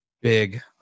big